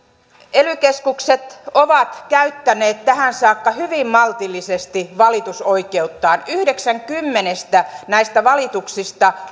ely keskukset ovat käyttäneet tähän saakka hyvin maltillisesti valitusoikeuttaan yhdeksän kymmenestä näistä valituksista